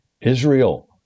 Israel